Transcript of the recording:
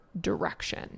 direction